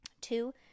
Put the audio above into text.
Two